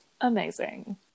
Amazing